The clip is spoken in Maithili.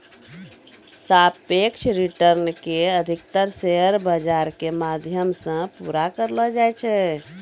सापेक्ष रिटर्न के अधिकतर शेयर बाजार के माध्यम से पूरा करलो जाय छै